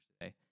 today